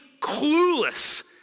clueless